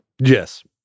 Yes